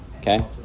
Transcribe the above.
Okay